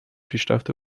پیشرفت